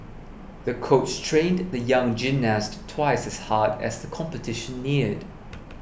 the coach trained the young gymnast twice as hard as the competition neared